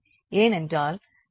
ஏனென்றால் dFdx0